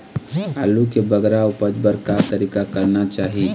आलू के बगरा उपज बर का तरीका करना चाही?